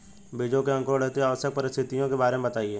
बीजों के अंकुरण हेतु आवश्यक परिस्थितियों के बारे में बताइए